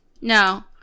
No